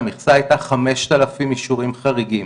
המכסה הייתה 5,000 אישורים חריגים.